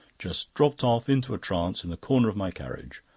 just dropped off into a trance in the corner of my carriage.